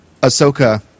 Ahsoka